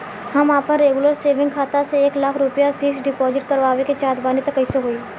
हम आपन regular saving खाता से एक लाख रुपया फिक्स डिपॉज़िट करवावे के चाहत बानी त कैसे होई?